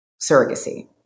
surrogacy